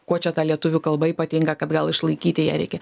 kuo čia ta lietuvių kalba ypatinga kad gal išlaikyti ją reikia